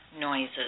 noises